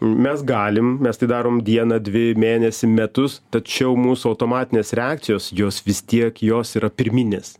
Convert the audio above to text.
mes galim mes tai darom dieną dvi mėnesį metus tačiau mūsų automatinės reakcijos jos vis tiek jos yra pirminės